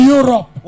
Europe